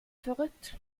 verrückt